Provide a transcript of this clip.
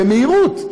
במהירות,